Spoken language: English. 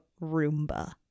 Roomba